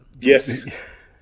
Yes